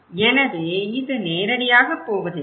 எனவே இது நேரடியாகப் போவதில்லை